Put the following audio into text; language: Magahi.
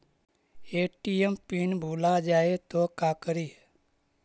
ए.टी.एम पिन भुला जाए तो का करी?